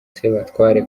sebatware